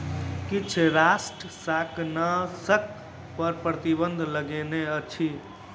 किछ राष्ट्र शाकनाशक पर प्रतिबन्ध लगौने अछि